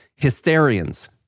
hysterians